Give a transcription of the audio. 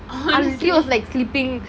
honestly